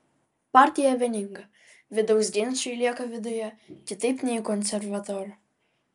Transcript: partija vieninga vidaus ginčai lieka viduje kitaip nei konservatorių